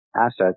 assets